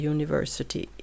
University